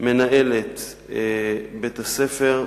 ומנהלת בית-הספר,